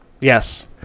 Yes